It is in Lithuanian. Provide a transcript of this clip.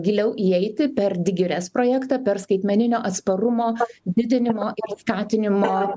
giliau įeiti per digires projektą per skaitmeninio atsparumo didinimo skatinimo